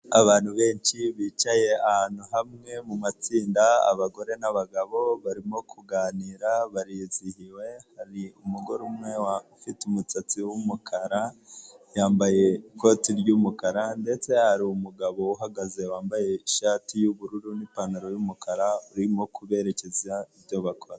Abantu benshi bicaye ahantu hamwe mu matsinda abagore n'abagabo barimo kuganira, barizihiwe, hari umugore umwe ufite umusatsi w'umukara, yambaye ikoti ry'umukara ndetse hari umugabo uhagaze wambaye ishati y'ubururu n'ipantaro y'umukara urimo kuberekeza ibyo bakora.